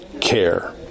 care